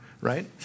Right